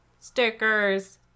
stickers